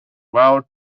while